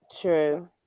True